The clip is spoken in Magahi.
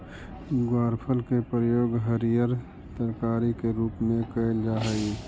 ग्वारफल के प्रयोग हरियर तरकारी के रूप में कयल जा हई